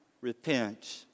Repent